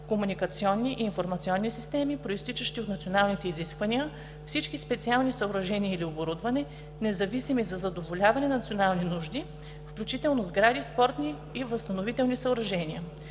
Комуникационни и информационни системи, произтичащи от националните изисквания, всички специални съоръжения или оборудване, независими за задоволяване на национални нужди, включително сгради, спортни и възстановителни съоръжения,